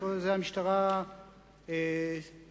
את זה המשטרה תבדוק,